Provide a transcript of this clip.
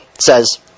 says